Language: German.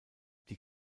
die